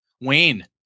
Wayne